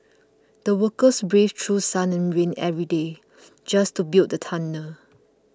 the workers braved through sun and rain every day just to build the tunnel